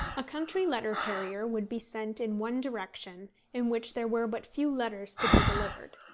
a country letter-carrier would be sent in one direction in which there were but few letters to be delivered,